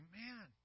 man